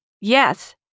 yes